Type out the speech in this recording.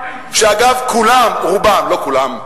אגב, רובם, לא כולם,